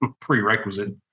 prerequisite